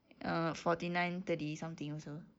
err forty nine thirty something also